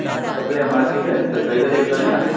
ऐं कपिड़े जा मार्केट थोरी ख़रीदारी बि करणी आहे